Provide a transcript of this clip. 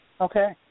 Okay